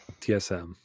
TSM